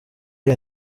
iyo